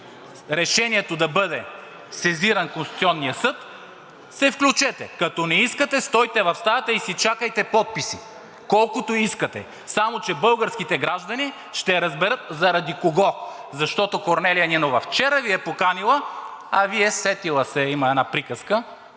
решението да бъде сезиран Конституционният съд, се включете. Като не искате, стойте си в стаята и си чакайте подписи колкото искате. Само че българските граждани ще разберат заради кого, защото Корнелия Нинова вчера Ви е поканила, а Вие, сетила се е – има една приказка,